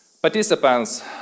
Participants